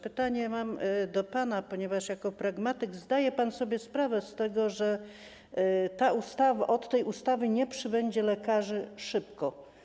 Pytanie mam do pana, ponieważ jako pragmatyk zdaje pan sobie sprawę z tego, że w wyniku tej ustawy nie przybędzie lekarzy szybko.